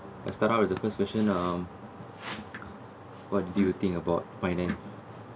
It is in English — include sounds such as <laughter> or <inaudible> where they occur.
let's start up with the first question ah <breath> what do you think about finance